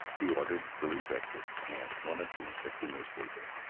he ordered early breakfast, and wanted to look at the newspaper,